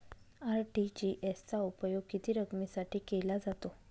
RTGS चा उपयोग किती रकमेसाठी केला जातो?